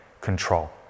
control